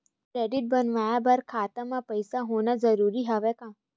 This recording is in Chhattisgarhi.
क्रेडिट बनवाय बर खाता म पईसा होना जरूरी हवय का?